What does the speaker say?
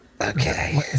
Okay